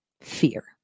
fear